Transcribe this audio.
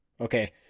Okay